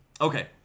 okay